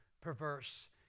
perverse